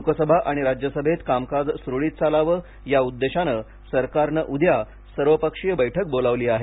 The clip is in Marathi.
लोकसभा आणि राज्यसभेत कामकाज सुरळीत चालावे या उद्देशाने सरकारने उद्या सर्वपक्षीय बैठक बोलावली आहे